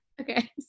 Okay